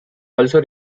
also